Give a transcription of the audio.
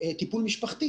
טיפול משפחתי.